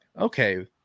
okay